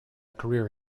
career